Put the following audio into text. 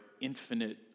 infinite